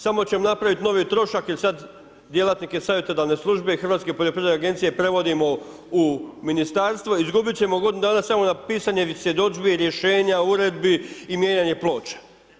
Samo ćemo napraviti novi trošak, jer sad djelatnike Savjetodavne službe i Hrvatske poljoprivredne agencije prevodimo u Ministarstvo, izgubit ćemo godinu dana samo na pisanje svjedodžbi i rješenja, uredba i mijenjanje ploča.